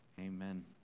Amen